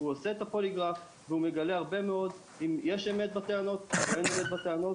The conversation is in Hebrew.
הוא עושה את הפוליגרף ומגלה אם יש אמת או אין אמת בטענות.